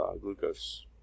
glucose